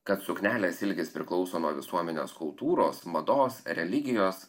kad suknelės ilgis priklauso nuo visuomenės kultūros mados religijos